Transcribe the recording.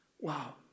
Wow